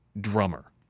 drummer